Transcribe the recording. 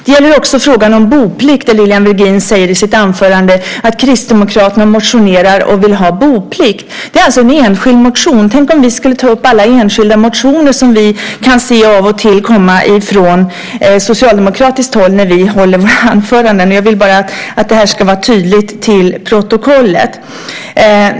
Det gäller också frågan om boplikt där Lilian Virgin säger i sitt anförande att Kristdemokraterna motionerar och vill ha boplikt. Det är alltså en enskild motion. Tänk om vi, när vi håller våra anföranden, skulle ta upp alla enskilda motioner som av och till kommer från socialdemokratiskt håll. Jag vill att det ska vara tydligt i protokollet.